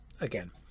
again